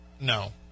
no